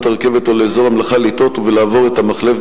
הרכבת או לאזור המלאכה לטעות ולעבור את המחלף,